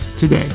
today